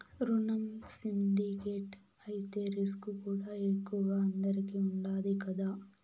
రునం సిండికేట్ అయితే రిస్కుకూడా ఎక్కువగా అందరికీ ఉండాది కదా